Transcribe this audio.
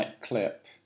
clip